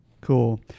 Cool